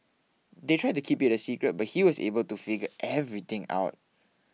they tried to keep it a secret but he was able to figure everything out